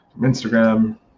Instagram